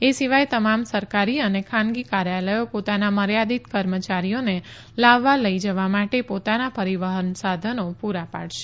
એ સિવાય તમામ સરકારી અને ખાનગી કાર્યાલયો પોતાના મર્યાદિત કર્મચારીઓને લાવવા લઇ જવા માટે પોતાના પરીવહન સાધનો પુરા પાડશે